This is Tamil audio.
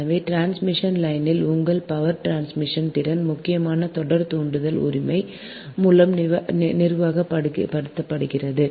எனவே டிரான்ஸ்மிஷன் லைனின் உங்கள் பவர் டிரான்ஸ்மிஷன் திறன் முக்கியமாக தொடர் தூண்டல் உரிமை மூலம் நிர்வகிக்கப்படுகிறது